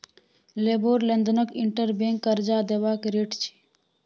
LIBOR लंदनक inter bank करजा देबाक रेट छै